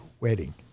Wedding